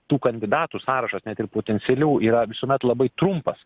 tų kandidatų sąrašas net ir potencialių yra visuomet labai trumpas